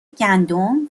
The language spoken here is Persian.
گندم